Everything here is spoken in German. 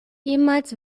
ehemals